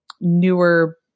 newer